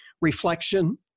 reflection